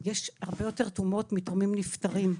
יש הרבה יותר תרומות מתורמים נפטרים.